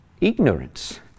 ignorance